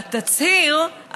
והתצהיר,